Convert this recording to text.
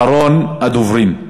אחרון הדוברים.